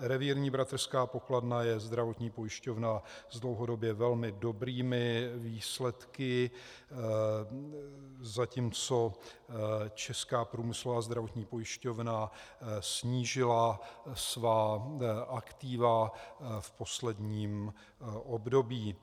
Revírní bratrská pokladna je zdravotní pojišťovna s dlouhodobě velmi dobrými výsledky, zatímco Česká průmyslová zdravotní pojišťovna snížila svá aktiva v posledním období.